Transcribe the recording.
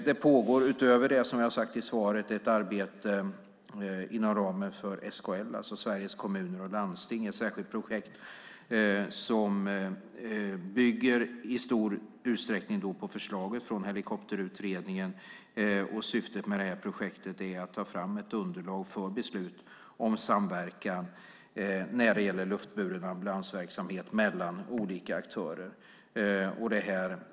Det pågår utöver det, som jag har sagt i svaret, ett arbete inom ramen för SKL, Sveriges Kommuner och Landsting. Det är ett särskilt projekt som i stor utsträckning bygger på förslaget från Helikopterutredningen. Syftet med projektet är att ta fram ett underlag om samverkan när det gäller luftburen ambulansverksamhet mellan olika aktörer.